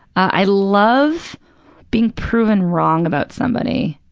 i love being proven wrong about somebody.